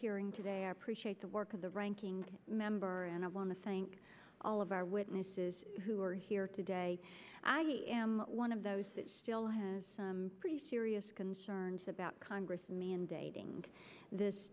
hearing today i appreciate the work of the ranking member and i want to thank all of our witnesses who are here today i am one of those that still has some pretty serious concerns about congress mandating this